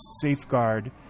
safeguard